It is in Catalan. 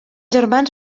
germans